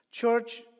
church